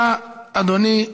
תודה רבה, אדוני.